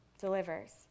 delivers